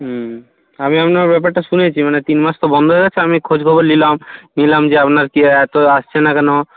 হুম আমি আপনার ব্যাপারটা শুনেছি মানে তিন মাস তো বন্ধ হয়ে গেছে আমি খোঁজ খবর নিলাম নিলাম যে আপনার কী এত আসছে না কেন